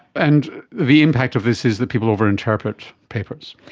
and the impact of this is that people over-interpret papers.